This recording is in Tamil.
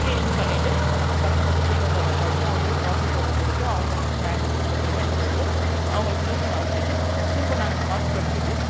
க்ளீனிங் பண்ணிவிட்டு அப்புறோம் பசங்கள் ஸ்கூல்லருந்து வந்த உடனே அவர்களுக்கு காஃபி போட்டு கொடுத்து அவங்களுக்கு ஸ்னாக்ஸ் ப்ரிப்பேர் பண்ணிக் கொடுத்து அவர்களுக்கு ட்யூஷன் அம்ச்சுட்டு திருப்பவும் நாங்கள் நமாஸ் படித்திட்டு